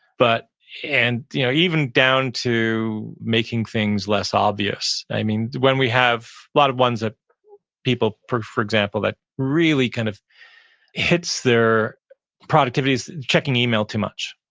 but and you know even down to making things less obvious. i mean, when we have a lot of ones that people put for example, that really kind of hits their productivity is checking email too much,